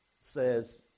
says